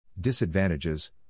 Disadvantages